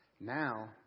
Now